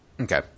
okay